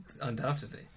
Undoubtedly